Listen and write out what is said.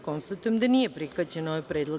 Konstatujem da nije prihvaćen predlog.